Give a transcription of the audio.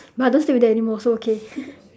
but I don't sleep with them anymore so okay